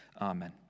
Amen